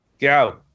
Go